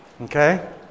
okay